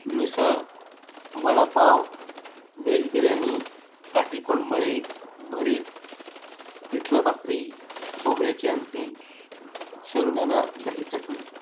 मिसळ vada pav veg biryani काटीकोंडबळे भरीत पिठलं भाकरी खोबऱ्याची आमटी शेंगदाणा दही चटणी